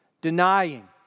denying